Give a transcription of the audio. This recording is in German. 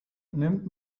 nimmt